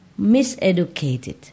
miseducated